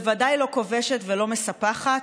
בוודאי לא כובשת ולא מספחת,